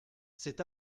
cet